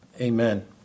Amen